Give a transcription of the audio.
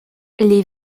les